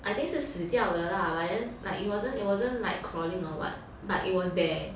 I think 是死掉的 lah but then like it wasn't it wasn't like crawling or what but it was there